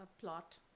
plot